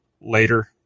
later